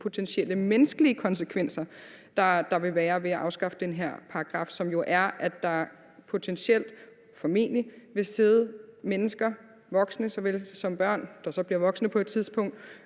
potentielle menneskelige konsekvenser, der vil være ved at afskaffe den her paragraf, som jo er, at der, formentlig, vil sidde mennesker – voksne såvel som børn, der så bliver voksne på et tidspunkt